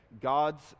God's